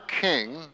king